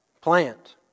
Plant